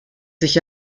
sich